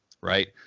right